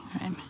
Right